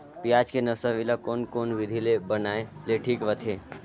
पियाज के नर्सरी ला कोन कोन विधि ले बनाय ले ठीक रथे?